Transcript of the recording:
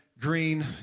green